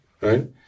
right